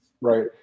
right